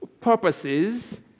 purposes